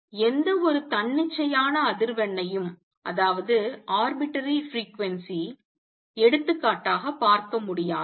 எனவே எந்தவொரு தன்னிச்சையான அதிர்வெண்ணையும் எடுத்துக்காட்டாக பார்க்க முடியாது